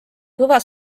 kõva